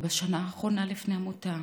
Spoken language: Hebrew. ובשנה האחרונה לפני מותה